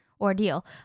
ordeal